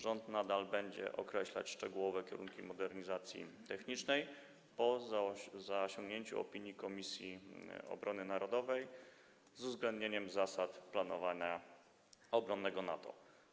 Rząd nadal będzie określać szczegółowe kierunki modernizacji technicznej po zasięgnięciu opinii Komisji Obrony Narodowej z uwzględnieniem zasad planowania obronnego NATO.